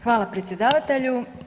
Hvala predsjedavatelju.